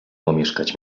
pomieszkać